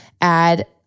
add